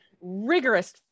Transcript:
rigorous